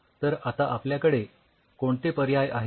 तर आता आपल्याकडे कोणते पर्याय आहेत